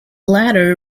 latter